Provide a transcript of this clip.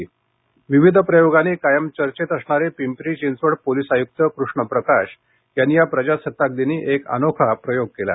वेगवेगळ्या प्रयोगांनी कायम चर्चेत असणारे पिंपरी चिंचवड पोलिस आयुक्त कृष्णप्रकाश यांनी या प्रजासत्ताक दिनी एक अनोखा प्रयोग केला